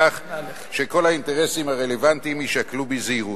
שכל האינטרסים הרלוונטיים יישקלו בזהירות.